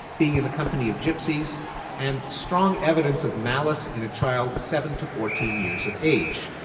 being in the company of gypsies and strong evidence of malice in a child seven to fourteen years of age.